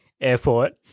Airport